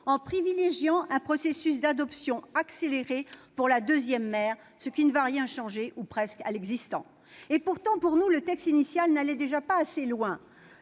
en privilégiant un processus d'adoption accéléré pour la « deuxième mère », ce qui ne va rien changer ou presque à l'existant. Pourtant, pour nous, le texte initial n'allait déjà pas assez loin.